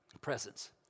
presence